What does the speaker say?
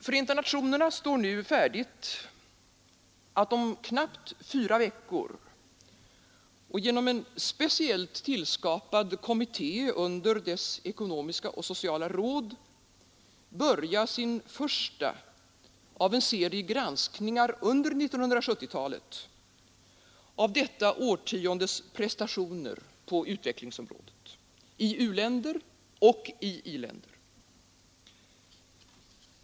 Förenta nationerna står nu färdiga att om knappt fyra veckor och genom en speciellt tillskapad kommitté under deras Ekonomiska och sociala råd börja den första av en serie granskningar under 1970-talet av detta årtiondes prestationer på utvecklingsområdet, i u-länder och i i-länder.